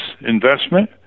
investment